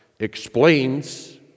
explains